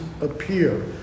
appear